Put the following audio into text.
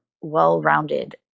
well-rounded